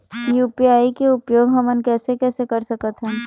UPI के उपयोग हमन कैसे कैसे कर सकत हन?